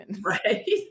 Right